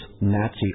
Nazi